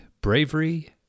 bravery